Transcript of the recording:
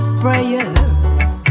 prayers